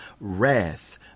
wrath